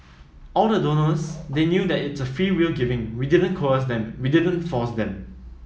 all the donors they knew that it's a freewill giving we didn't coerce them we didn't force them